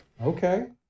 Okay